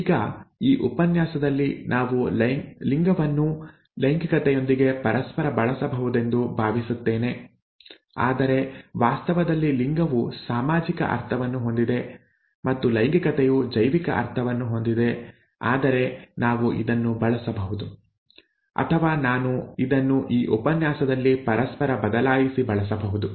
ಈಗ ಈ ಉಪನ್ಯಾಸದಲ್ಲಿ ನಾವು ಲಿಂಗವನ್ನು ಲೈಂಗಿಕತೆಯೊಂದಿಗೆ ಪರಸ್ಪರ ಬಳಸಬಹುದೆಂದು ಭಾವಿಸುತ್ತೇನೆ ಆದರೆ ವಾಸ್ತವದಲ್ಲಿ ಲಿಂಗವು ಸಾಮಾಜಿಕ ಅರ್ಥವನ್ನು ಹೊಂದಿದೆ ಮತ್ತು ಲೈಂಗಿಕತೆಯು ಜೈವಿಕ ಅರ್ಥವನ್ನು ಹೊಂದಿದೆ ಆದರೆ ನಾವು ಇದನ್ನು ಬಳಸಬಹುದು ಅಥವಾ ನಾನು ಇದನ್ನು ಈ ಉಪನ್ಯಾಸದಲ್ಲಿ ಪರಸ್ಪರ ಬದಲಾಯಿಸಿ ಬಳಸಬಹುದು